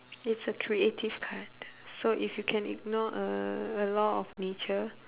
it's a creative card so if you can ignore a a law of nature